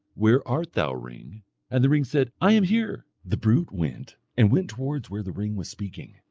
where art thou, ring and the ring said, i am here the brute went and went towards where the ring was speaking,